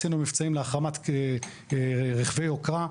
עשינו מבצעים להחרמת רכבי יוקרה,